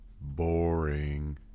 boring